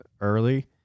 early